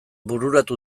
bururatu